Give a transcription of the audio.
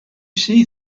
see